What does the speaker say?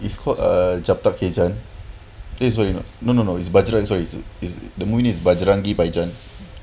it's called a jump~ ke~ plays what you know no no no it's baja~ sorry is the movie is bajrangi bhaijaan